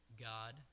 God